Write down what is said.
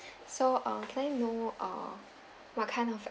so uh can I know uh what kind of